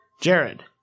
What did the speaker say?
Jared